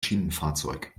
schienenfahrzeug